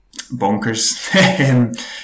bonkers